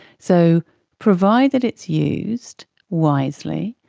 so provided it's used wisely,